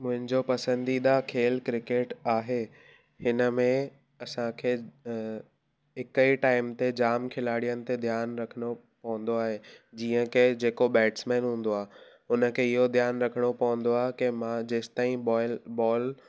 मुंहिंजो पसंदीदा खेल क्रिकेट आहे हिन में असांखे हिकु ई टाइम ते जामु खिलाड़ियुनि ते ध्यानु रखिणो पवंदो आहे जीअं की जेको बैट्समैन हूंदो आहे उन खे इहो ध्यानु रखिणो पवंदो आहे की मां जेसिताईं बॉइल बॉल